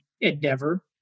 endeavor